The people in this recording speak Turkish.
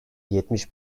yetmiş